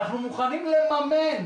אנחנו מוכנים לממן